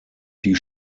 die